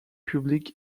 public